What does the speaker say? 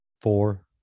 Four